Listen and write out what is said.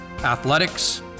athletics